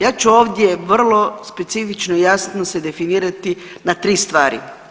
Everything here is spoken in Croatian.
Ja ću ovdje vrlo specifično i jasno se definirati na tri stvari.